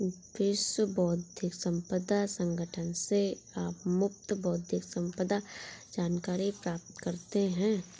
विश्व बौद्धिक संपदा संगठन से आप मुफ्त बौद्धिक संपदा जानकारी प्राप्त करते हैं